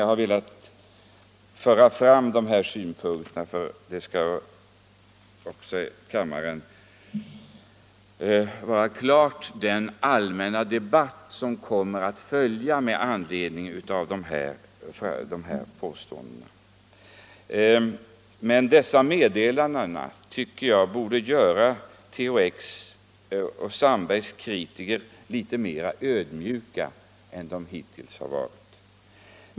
Jag har velat redovisa dessa synpunkter för kammaren på grund av den allmänna debatt som kommer att följa efter den här utvecklingen. Meddelandena från amerikanska forskare tycker jag borde göra kritikerna av THX och Sandberg litet mer ödmjuka än de hittills har varit.